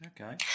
Okay